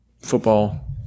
football